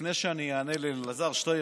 לפני שאני אענה לאלעזר שטרן,